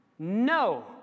No